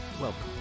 welcome